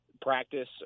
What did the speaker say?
practice